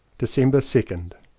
december second.